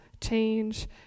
change